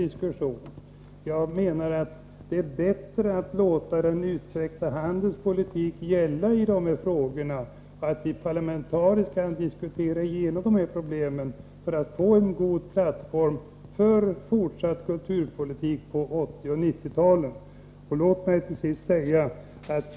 Det är enligt min mening bättre att låta den utsträckta handens politik gälla i dessa frågor. Låt oss i parlamentarisk ordning diskutera igenom problemen så att vi kan få en god plattform för en fortsatt kulturpolitik på 1980 och 1990-talen.